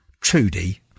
Trudy